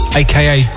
aka